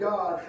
God